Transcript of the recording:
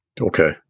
Okay